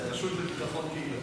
הרשות לביטחון קהילתי.